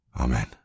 Amen